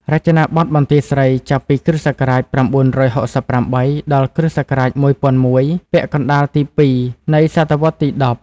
រចនាបថបន្ទាយស្រីចាប់ពី គ.ស ៩៦៨ ដល់ គ.ស ១០០១ ពាក់កណ្ដាលទី២ នៃសតវត្សរ៍ទី១០។